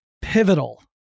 pivotal